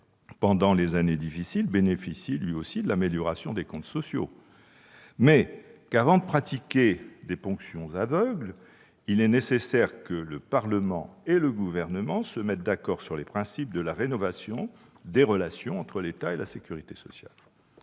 pendant les années difficiles, bénéficie lui aussi de l'amélioration des comptes sociaux, avant de pratiquer des ponctions aveugles, il est nécessaire que le Parlement et le Gouvernement se mettent d'accord sur les principes de la rénovation des relations entre l'État et la sécurité sociale.